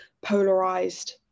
polarized